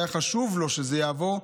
והיה חשוב לו שזה יעבור.